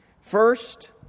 First